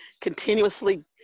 continuously